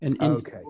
Okay